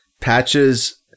Patches